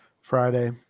Friday